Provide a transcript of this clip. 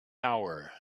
hour